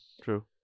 true